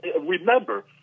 remember